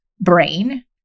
brain